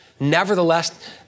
Nevertheless